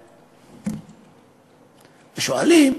ושואלים,